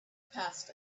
passed